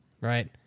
right